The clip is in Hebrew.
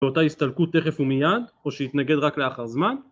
ואותה יסתלקו תכף ומיד או שהיא יתנגד רק לאחר זמן